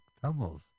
tumbles